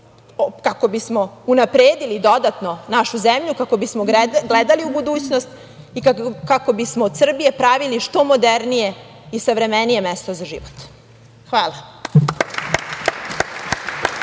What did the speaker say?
kako bismo unapredili dodatno našu zemlju, kako bismo gledali u budućnost i kako bismo od Srbije pravili što modernije i savremenije mesto za život. Hvala